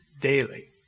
daily